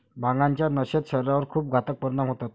भांगाच्या नशेचे शरीरावर खूप घातक परिणाम होतात